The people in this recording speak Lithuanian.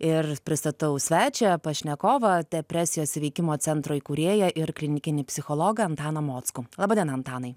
ir pristatau svečią pašnekovą depresijos įveikimo centro įkūrėją ir klinikinį psichologą antaną mockų laba diena antanai